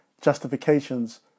justifications